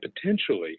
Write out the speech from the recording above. potentially